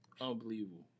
unbelievable